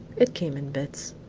it came in bits.